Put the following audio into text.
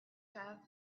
path